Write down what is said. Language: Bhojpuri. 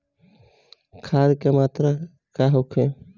खाध के मात्रा का होखे?